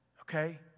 Okay